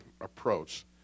approach